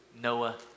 Noah